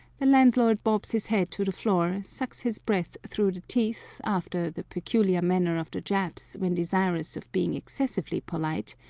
the landlord bobs his head to the floor, sucks his breath through the teeth after the peculiar manner of the japs when desirous of being excessively polite,